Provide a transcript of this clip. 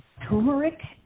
turmeric